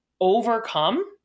overcome